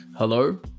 Hello